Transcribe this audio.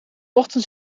ochtends